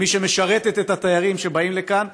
כמי שמשרתות את התיירים שבאים לכאן.